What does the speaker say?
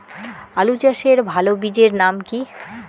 আলু চাষের ভালো বীজের নাম কি?